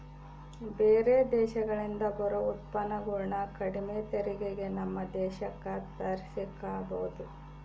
ಬೇರೆ ದೇಶಗಳಿಂದ ಬರೊ ಉತ್ಪನ್ನಗುಳನ್ನ ಕಡಿಮೆ ತೆರಿಗೆಗೆ ನಮ್ಮ ದೇಶಕ್ಕ ತರ್ಸಿಕಬೊದು